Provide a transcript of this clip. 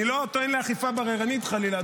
אני לא טוען לאכיפה בררנית חלילה,